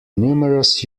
numerous